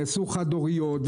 נעשו חד הוריות,